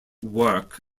work